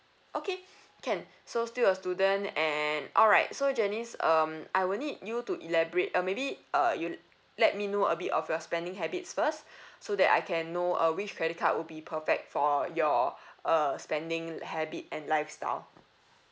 okay can so still a student and alright so janice um I will need you to elaborate uh maybe uh you let me know a bit of your spending habits first so that I can know uh which credit card will be perfect for your uh spending habit and lifestyle